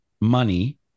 money